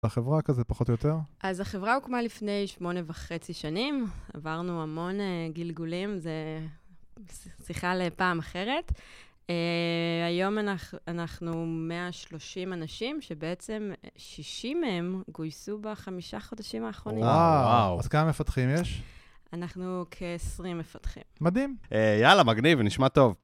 את החברה כזה, פחות או יותר? אז החברה הוקמה לפני שמונה וחצי שנים, עברנו המון גלגולים, זו שיחה לפעם אחרת. היום אנחנו 130 אנשים, שבעצם 60 מהם גויסו בחמישה חודשים האחרונים. וואו, אז כמה מפתחים יש? אנחנו כ-20 מפתחים. מדהים. יאללה, מגניב, נשמע טוב.